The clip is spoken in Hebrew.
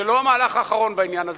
זה לא המהלך האחרון בעניין הזה.